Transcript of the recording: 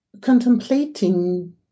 contemplating